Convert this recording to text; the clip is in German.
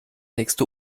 nächste